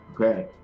Okay